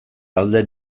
alde